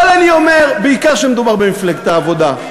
אבל אני אומר, בעיקר כשמדובר במפלגת העבודה,